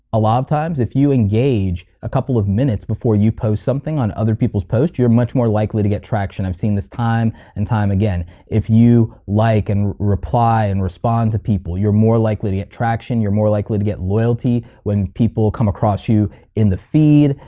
a lot of times, if you engage a couple of minutes before you post something on other people's posts, you're much more likely to get traction, i've seen this time and time again. if you like and reply and respond to people, you're more likely to get traction, you're more likely to get loyalty, when people come across you in the feed,